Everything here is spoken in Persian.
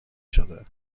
شده